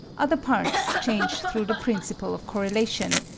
other parts change through the principle of correlation,